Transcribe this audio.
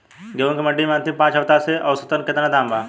गेंहू के मंडी मे अंतिम पाँच हफ्ता से औसतन केतना दाम बा?